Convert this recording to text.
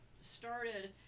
started